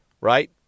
Right